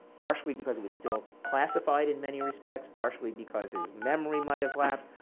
partially because it is still classified in many respects, partially because his memory might have lapsed,